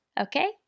Okay